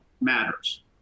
matters